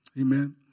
Amen